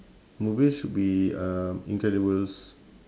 movies should be um incredibles